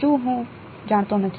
હું શું જાણતો નથી